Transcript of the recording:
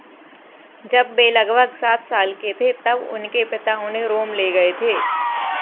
जब वे लगभग सात साल के थे तब उनके पिता उन्हें रोम ले गए थे